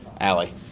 Allie